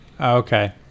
okay